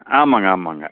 ஆமாம்ங்க ஆமாம்ங்க